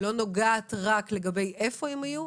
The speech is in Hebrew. לא נוגעת רק לגבי איפה הם יהיו,